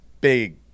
big